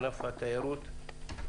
ענף התיירות,